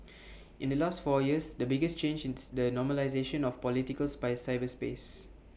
in the last four years the biggest change is the normalisation of political cyberspace